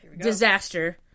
Disaster